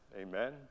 Amen